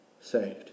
saved